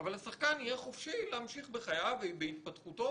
אבל השחקן יהיה חופשי להמשיך בחייו ובהתפתחותו